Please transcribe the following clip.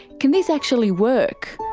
can this actually work?